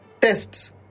tests